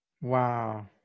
wow